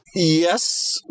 Yes